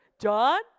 John